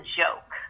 joke